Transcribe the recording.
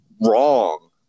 wrong